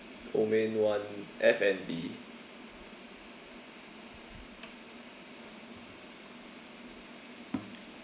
domain one F&B